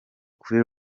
kuri